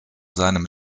seinem